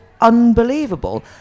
unbelievable